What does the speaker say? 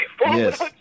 yes